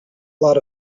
lot